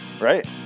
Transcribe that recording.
Right